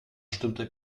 stimmte